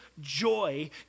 joy